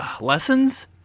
lessons